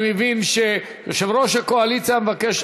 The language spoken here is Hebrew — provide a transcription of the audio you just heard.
אני מבין שיושב-ראש הקואליציה מבקש,